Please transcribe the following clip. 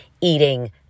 eating